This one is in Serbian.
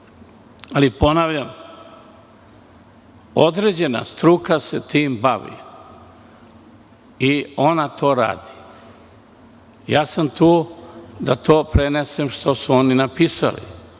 ponavljam, određena struka se tim bavi. Ona to radi. Tu sam da prenesem ono što su oni napisali